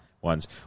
ones